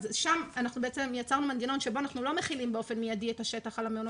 שם יצרנו מנגנון שבו אנחנו לא מחילים באופן מידי את השטח על המעונות,